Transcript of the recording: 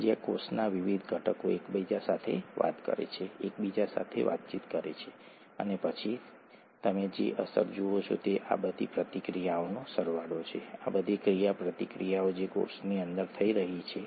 આ એક ઓક્સિજન છે એક કાર્બન પરમાણુ છે બે કાર્બન પરમાણુઓ છે ત્રણ ચાર અને પાંચમો કાર્બન પરમાણુ છે ઠીક છે